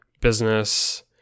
business